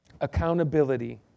accountability